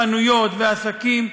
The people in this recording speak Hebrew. חנויות ועסקים,